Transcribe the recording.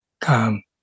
come